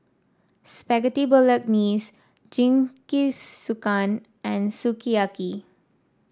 Spaghetti Bolognese Jingisukan and Sukiyaki